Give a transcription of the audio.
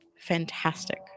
fantastic